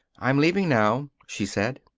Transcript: i'm leaving now, she said.